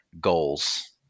goals